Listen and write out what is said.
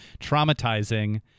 traumatizing